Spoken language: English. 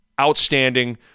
Outstanding